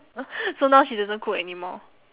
so now she doesn't cook anymore